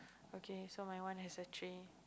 okay so my one has a tree